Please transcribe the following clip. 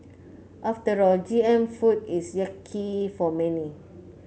after all G M food is yucky for many